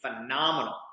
phenomenal